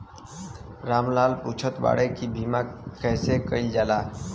राम लाल पुछत बाड़े की बीमा कैसे कईल जाला?